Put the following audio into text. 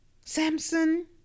Samson